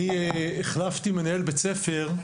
אני החלפתי מנהל בית-ספר,